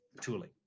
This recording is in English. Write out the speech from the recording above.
tooling